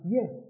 Yes